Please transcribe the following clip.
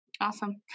Awesome